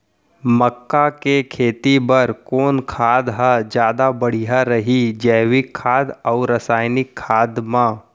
मक्का के खेती बर कोन खाद ह जादा बढ़िया रही, जैविक खाद अऊ रसायनिक खाद मा?